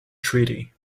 treaty